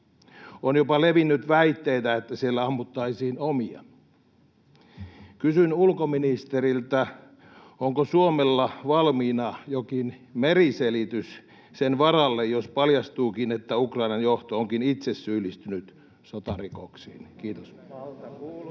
On jopa levinnyt väitteitä, että siellä ammuttaisiin omia. Kysyn ulkoministeriltä: onko Suomella valmiina jokin meriselitys sen varalle, jos paljastuukin, että Ukrainan johto onkin itse syyllistynyt sotarikoksiin? — Kiitos.